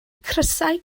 crysau